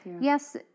Yes